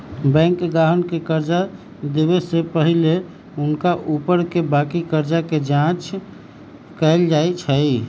bank गाहक के कर्जा देबऐ से पहिले हुनका ऊपरके बाकी कर्जा के जचाइं कएल जाइ छइ